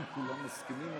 אם כולם מסכימים,